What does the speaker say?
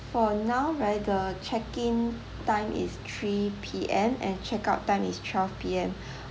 for now right the checking time is three P_M and check out time is twelve P_M